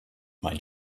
mein